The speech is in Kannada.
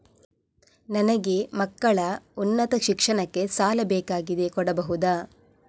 ನನಗೆ ಮಕ್ಕಳ ಉನ್ನತ ಶಿಕ್ಷಣಕ್ಕೆ ಸಾಲ ಬೇಕಾಗಿದೆ ಕೊಡಬಹುದ?